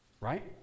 Right